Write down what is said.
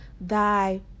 thy